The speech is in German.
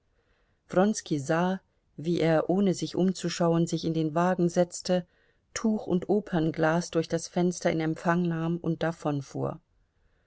wronski sah wie er ohne sich umzuschauen sich in den wagen setzte tuch und opernglas durch das fenster in empfang nahm und